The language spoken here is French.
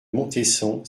montesson